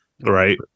Right